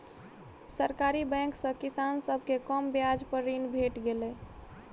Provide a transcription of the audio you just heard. सरकारी बैंक सॅ किसान सभ के कम ब्याज पर ऋण भेट गेलै